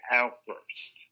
outburst